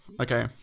Okay